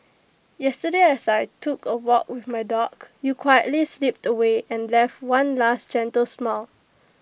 yesterday as I took A walk with my dog you quietly slipped away and left one last gentle smile